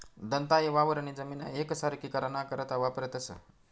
दंताये वावरनी जमीन येकसारखी कराना करता वापरतंस